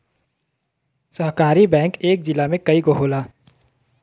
सहकारी बैंक इक जिला में कई गो होला